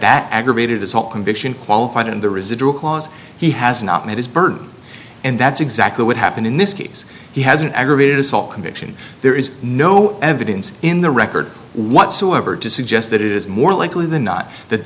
that aggravated assault conviction qualified in the residual clause he has not met his burden and that's exactly what happened in this case he has an aggravated assault conviction there is no evidence in the record whatsoever to suggest that it is more likely than not that